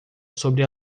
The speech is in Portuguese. sobre